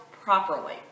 properly